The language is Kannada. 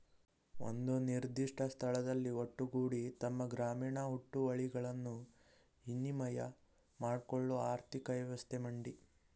ಒಂದು ನಿರ್ದಿಷ್ಟ ಸ್ಥಳದಲ್ಲಿ ಒಟ್ಟುಗೂಡಿ ತಮ್ಮ ಗ್ರಾಮೀಣ ಹುಟ್ಟುವಳಿಗಳನ್ನು ವಿನಿಮಯ ಮಾಡ್ಕೊಳ್ಳೋ ಆರ್ಥಿಕ ವ್ಯವಸ್ಥೆ ಮಂಡಿ